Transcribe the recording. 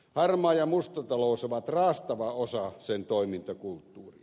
harmaa ja musta talous ovat raastava osa sen toimintakulttuuria